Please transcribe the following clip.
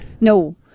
No